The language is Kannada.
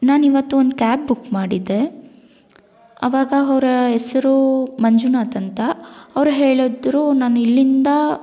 ನಾನು ಇವತ್ತೊಂದು ಕ್ಯಾಬ್ ಬುಕ್ ಮಾಡಿದ್ದೆ ಆವಾಗ ಅವ್ರ ಹೆಸ್ರು ಮಂಜುನಾಥ್ ಅಂತ ಅವ್ರು ಹೇಳಿದ್ರು ನಾನು ಇಲ್ಲಿಂದ